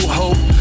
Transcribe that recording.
hope